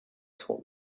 told